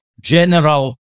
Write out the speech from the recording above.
general